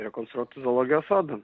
rekonstruotu zoologijos sodu